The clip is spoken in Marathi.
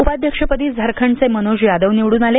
उपाध्यक्ष पदी झारखंडचे मनोज यादव निवड्रन आले